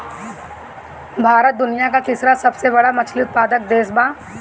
भारत दुनिया का तीसरा सबसे बड़ा मछली उत्पादक देश बा